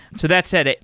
so that said,